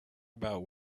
about